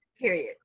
Period